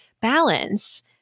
balance